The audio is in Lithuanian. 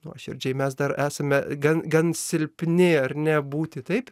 nuoširdžiai mes dar esame gan gan silpni ar ne būti taip